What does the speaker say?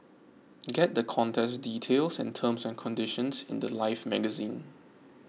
get the contest details and terms and conditions in the Life magazine